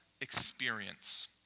experience